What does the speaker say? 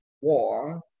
war